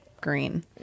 green